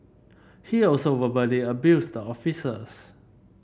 he also verbally abused the officers